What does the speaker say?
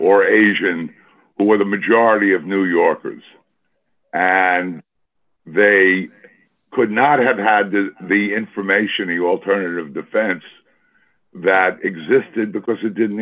or asian or the majority of new yorkers and they could not have had the information the alternative defense that existed because it didn't